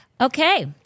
Okay